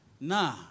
Nah